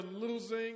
losing